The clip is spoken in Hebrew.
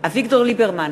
אביגדור ליברמן,